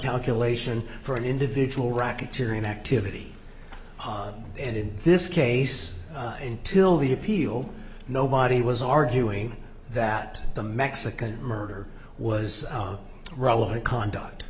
calculation for an individual racketeering activity and in this case until the appeal nobody was arguing that the mexican murder was relevant conduct